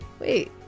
Wait